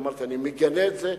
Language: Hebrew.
אמרתי, אני מגנה את זה,